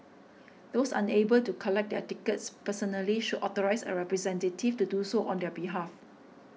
those unable to collect their tickets personally should authorise a representative to do so on their behalf